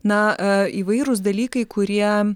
na įvairūs dalykai kurie